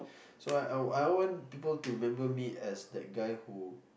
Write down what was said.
so I I I want people to remember as that guy who